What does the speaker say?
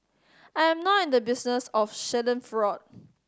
I am not in the business of schadenfreude